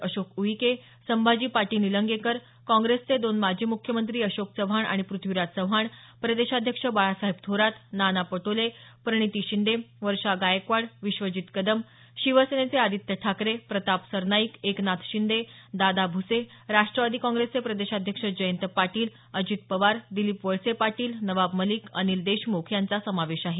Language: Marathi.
अशोक उईके संभाजी पाटील निलंगेकर काँग्रेसचे दोन माजी मुख्यमंत्री अशोक चव्हाण आणि प्रथ्वीराज चव्हाण प्रदेशाध्यक्ष बाळासाहेब थोरात नाना पटोले प्रणिती शिंदे वर्षा गायकवाड विश्वजित कदम शिवसेनेचे आदित्य ठाकरे प्रताप सरनाईक एकनाथ शिंदे दादा भुसे राष्ट्रवादी काँग्रेसचे प्रदेशाध्यक्ष जयंत पाटील अजित पवार दिलीप वळसे पाटील नवाब मलिक अनिल देशमुख यांचा समावेश आहे